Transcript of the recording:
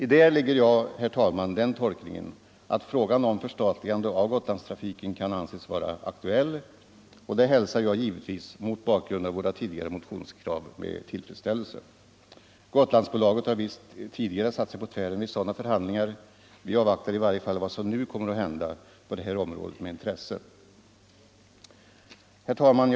I detta lägger jag, herr talman, den tolkningen att frågan om förstatligande av Gotlandstrafiken anses vara aktuell, och det hälsar jag givetvis, mot bakgrund av våra tidigare motionskrav, med tillfredsställelse. Gotlandsbolaget har visst tidigare satt sig på tvären vid sådana förhandlingar; vi avvaktar i varje fall vad som nu kommer att hända på det området med intresse. Herr talman!